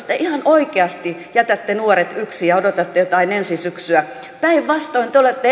te ihan oikeasti jätätte nuoret yksin ja odotatte jotain ensi syksyä päinvastoin te olette